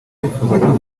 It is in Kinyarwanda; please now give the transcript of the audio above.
bifuzaga